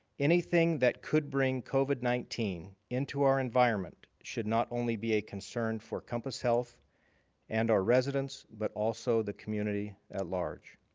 anything that could bring covid nineteen into our environment should not only be a concern for compass health and our residents but also the community at large.